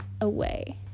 away